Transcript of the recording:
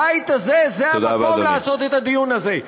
הבית הזה זה המקום לעשות את הדיון הזה.